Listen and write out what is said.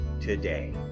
today